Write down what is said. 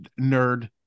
nerd